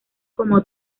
como